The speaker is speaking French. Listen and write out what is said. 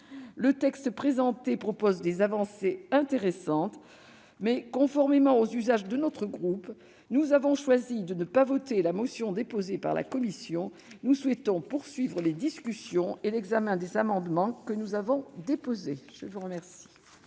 Le texte contient des avancées intéressantes. Conformément aux usages de notre groupe, nous avons choisi de ne pas voter la motion déposée par la commission, car nous souhaitons poursuivre les discussions et l'examen des amendements que nous avons déposés. La parole